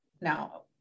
now